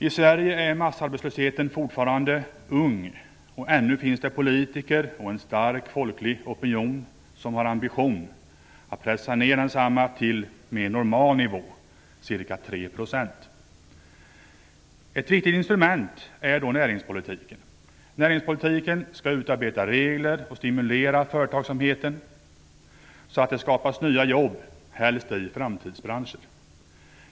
I Sverige är massarbetslösheten fortfarande ung, och ännu finns det politiker och en stark folklig opinion som har ambitionen att pressa ned den till en mer normal nivå - ca 3 %. Ett viktigt instrument är då näringspolitiken. Den skall utarbeta regler och stimulera företagsamheten så att det skapas nya jobb, helst då i framtidsbranscher.